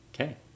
okay